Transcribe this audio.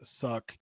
suck